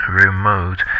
remote